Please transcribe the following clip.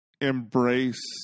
embrace